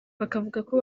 bakavugako